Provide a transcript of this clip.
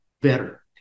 better